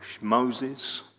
Moses